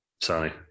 Sorry